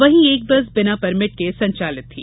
वहीं एक बस बिना परमिट के संचालित थी